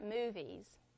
movies